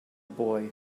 boy